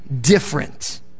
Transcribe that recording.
different